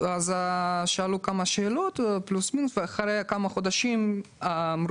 שאלו כמה שאלות ואחרי כמה חודשים נמסר